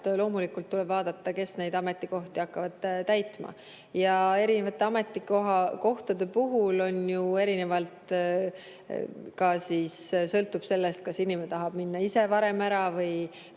loomulikult tuleb vaadata, kes neid ametikohti hakkavad täitma. Erinevate ametikohtade puhul on ju [olukord] erinev, sõltub sellest, kas inimene tahab ise varem ära